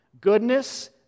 Goodness